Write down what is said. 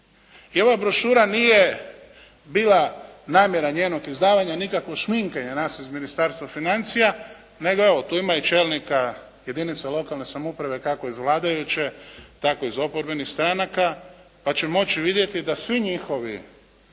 I ova brošura nije bila namjera njenog izdavanja nikakvo šminkanje nas iz Ministarstva financija, nego evo, tu ima i čelnika jedinica lokalne samouprave kako iz vladajuće, tako iz oporbenih stranaka, pa će moći vidjeti da svi njihovi